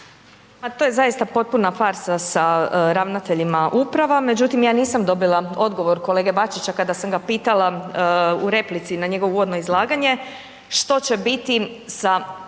to je potpuna parta sa ravnateljima uprava. Međutim, ja nisam dobila odgovor kolege Bačića kada sam ga pitala u replici na njegovo uvodno izlaganje što će biti sa